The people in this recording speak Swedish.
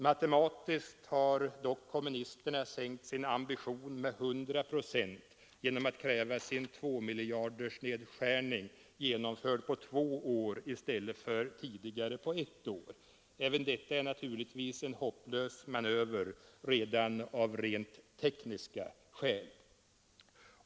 Matematiskt har dock kommunisterna sänkt sin ambition med 50 procent genom att kräva sin tvåmiljardersnedskärning genomförd på två år i stället för tidigare på ett år. Även detta är naturligtvis en hopplös manöver redan av rent tekniska skäl.